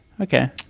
Okay